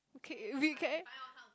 okay we okay